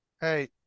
hey